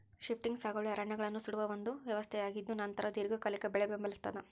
shifting ಸಾಗುವಳಿ ಅರಣ್ಯಗಳನ್ನು ಸುಡುವ ಒಂದು ವ್ಯವಸ್ಥೆಯಾಗಿದ್ದುನಂತರ ದೀರ್ಘಕಾಲಿಕ ಬೆಳೆ ಬೆಂಬಲಿಸ್ತಾದ